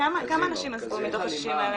כמה אנשים עזבו מתוך ה-60,000?